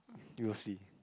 you will see